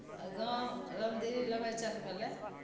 आओर गाम रमदेवी लभैचक भेलै